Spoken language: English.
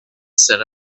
set